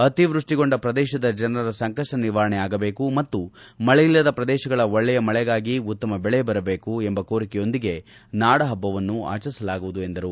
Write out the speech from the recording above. ಅತಿವೃಷ್ಠಿಗೊಂಡ ಪ್ರದೇಶದ ಜನರ ಸಂಕಪ್ಪ ನಿವಾರಣೆ ಆಗಬೇಕು ಮತ್ತು ಮಳೆಯಿಲ್ಲದ ಪ್ರದೇಶಗಳಲ್ಲಿ ಒಳ್ಳೆಯ ಮಳೆಯಾಗಿ ಉತ್ತಮ ಬೆಳೆ ಬರಬೇಕು ಎಂಬ ಕೋರಿಕೆಯೊಂದಿಗೆ ನಾಡ ಹಬ್ಬವನ್ನು ಆಚರಿಸಲಾಗುವುದು ಎಂದರು